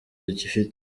gafite